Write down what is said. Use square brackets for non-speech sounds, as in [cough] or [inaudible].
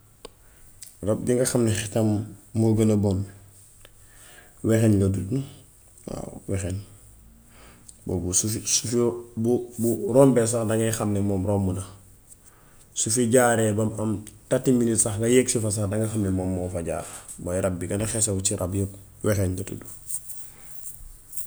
Rab bi nga xam ne xetam moo gën a bon wexen la tuddu waaw wexeñ boobu bu [hesitation] siisoo, bu bu rombee sax nga xam ne moom romb na. Su fi jaaree ba am tati minit sax nga yegsi fa sax dangay xam ni moom moo fa jaar. Mooy rab bi gën a xesew si rab yépp. wexeñ la tuddu.